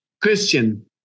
Christian